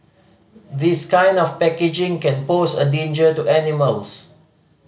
this kind of packaging can pose a danger to animals